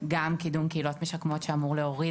גם קידום קהילות משקמות שאמור להוריד